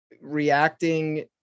reacting